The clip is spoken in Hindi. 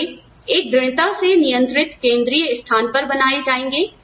क्या वे एक दृढ़ता से नियंत्रित केंद्रीय स्थान पर बनाए जाएंगे